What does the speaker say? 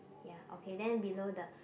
ya okay then below the